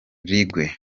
rugwe